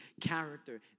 character